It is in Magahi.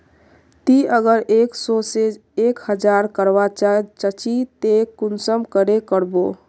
ती अगर एक सो से एक हजार करवा चाँ चची ते कुंसम करे करबो?